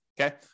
okay